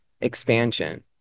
expansion